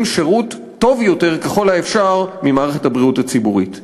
שירות טוב יותר ככל האפשר ממערכת הבריאות הציבורית.